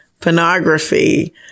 pornography